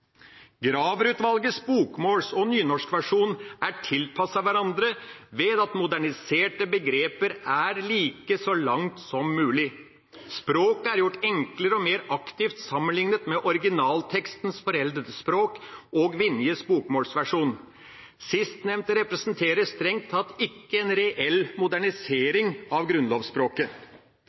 Graver-utvalgets bokmåls- og nynorskversjon er tilpasset hverandre ved at moderniserte begreper er like så langt som mulig. Språket er gjort enklere og mer aktivt sammenlignet med originaltekstens foreldede språk og Vinjes bokmålsversjon. Sistnevnte representerer strengt tatt ikke en reell modernisering av grunnlovsspråket.